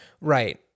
Right